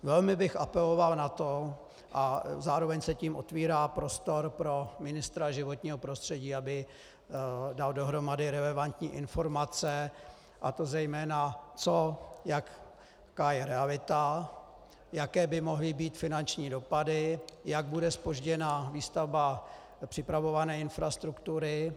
Velmi bych apeloval na to, a zároveň se tím otevírá prostor pro ministra životního prostředí, aby dal dohromady relevantní informace, a to zejména jaká je realita, jaké by mohly být finanční dopady, jak bude zpožděna výstavba připravované infrastruktury...